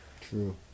True